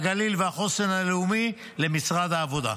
הגליל והחוסן הלאומי למשרד העבודה.